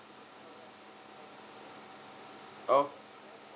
oh